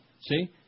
See